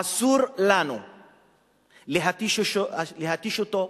אסור לנו להתיש אותו,